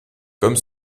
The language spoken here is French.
comme